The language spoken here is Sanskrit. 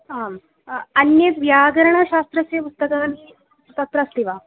आम् अन्यद् व्याकरणशास्त्रस्य पुस्तकानि तत्र अस्ति वा